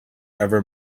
ever